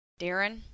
Darren